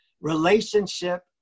relationship